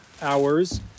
Hours